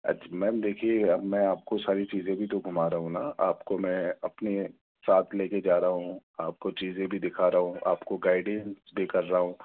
اچھا میم دیکھیے میں آپ کو ساری چیزیں بھی تو گھما رہا ہوں نہ آپ کو میں اپنے ساتھ لے کے جا رہا ہوں آپ کو چیزیں بھی دکھا رہا ہوں آپ کو گائڈینس بھی کر رہا ہوں